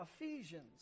Ephesians